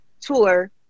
tour